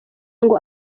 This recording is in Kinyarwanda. ngo